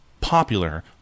Popular